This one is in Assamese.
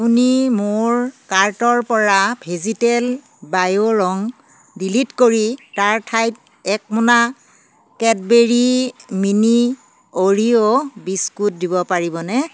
আপুনি মোৰ কাৰ্টৰ পৰা ভেজীটেল বায়' ৰং ডিলিট কৰি তাৰ ঠাইত এক মোনা কেটবেৰী মিনি অ'ৰিও বিস্কুট দিব পাৰিবনে